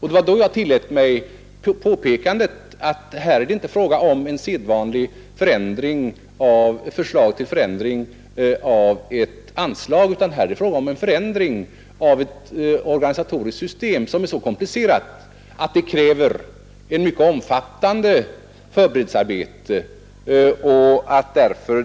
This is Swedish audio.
Det är ju inte här fråga om ett sedvanligt förslag till ändrat anslag, utan om en förändring av ett organisatoriskt system, som är så komplicerat att det kräver ett mycket omfattande förberedelsearbete.